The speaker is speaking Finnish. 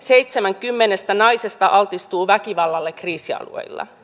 seitsemän kymmenestä naisesta altistuu väkivallalle kriisialueilla